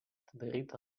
atidaryta